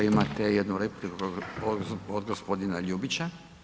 Imate jednu repliku od gospodina Ljubića.